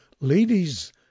Ladies